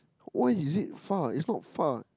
why is it far it's not far